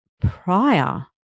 prior